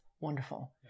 wonderful